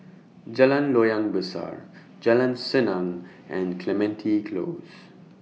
Jalan Loyang Besar Jalan Senang and Clementi Close